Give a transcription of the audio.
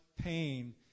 pain